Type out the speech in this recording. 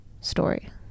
story